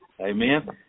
Amen